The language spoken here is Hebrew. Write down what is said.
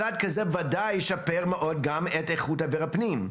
צעד כזה בוודאי ישפר מאוד גם את איכות אוויר הפנים.